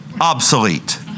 obsolete